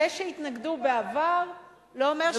זה שהתנגדו בעבר לא אומר שלא צריך,